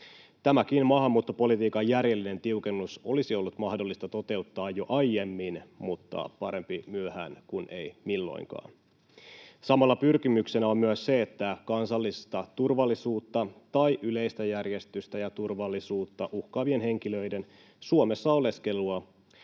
Tämäkin maahanmuuttopolitiikan järjellinen tiukennus olisi ollut mahdollista toteuttaa jo aiemmin, mutta parempi myöhään kuin ei milloinkaan. Samalla pyrkimyksenä on myös se, että kansallista turvallisuutta tai yleistä järjestystä ja turvallisuutta uhkaavien henkilöiden Suomessa oleskelua